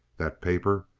that paper.